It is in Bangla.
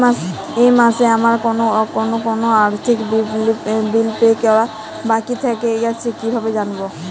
এই মাসে আমার কোন কোন আর্থিক বিল পে করা বাকী থেকে গেছে কীভাবে জানব?